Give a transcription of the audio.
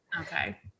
Okay